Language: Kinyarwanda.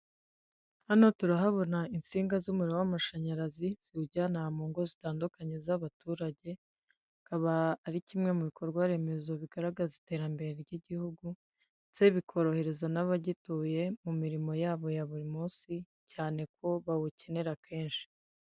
Hano turahabona insinga z'umuriro w'amashanyarazi ziwujyana mu ngo zitandukanye z'abaturage, akaba ari kimwe mu bikorwa remezo bigaragaza iterambere ry'igihugu ndetse bikorohereza n'abagituye mu mirimo y'abo ya buri munsi cyane ko bawukenera kenshi.